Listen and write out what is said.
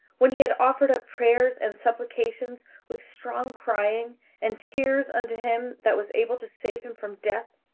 when he had offered up prayers and supplications with strong crying and tears unto him that was able to save him from death,